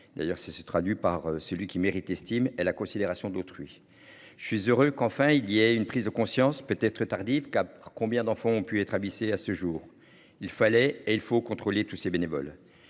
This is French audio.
D'ailleurs ça se traduit par celui qui mérite estime et la considération d'autrui. Je suis heureux qu'enfin il y a une prise de conscience peut-être tardive cap combien d'enfants ont pu être abaissée à ce jour il fallait et il faut contrôler tous ces bénévoles.